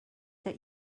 that